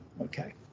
okay